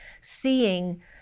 seeing